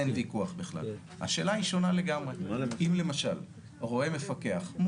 לא אגרות.